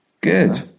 Good